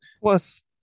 Plus